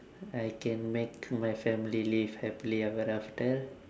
I can make my family live happily ever after